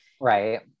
right